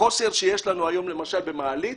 החוסר שיש לנו היום למשל במעליות